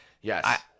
yes